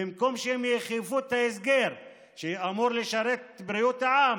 במקום שהם יאכפו את ההסגר שאמור לשרת את בריאות העם,